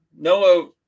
Noah